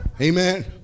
Amen